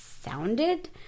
sounded